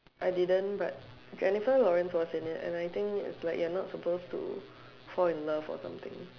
I didn't but Jennifer Lawrence was in it and I think it's like you are not suppose to fall in love or something